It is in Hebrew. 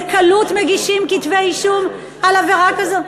קלות מגישים כתבי אישום על עבירה כזו?